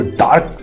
dark